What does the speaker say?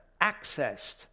accessed